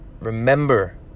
Remember